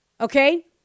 Okay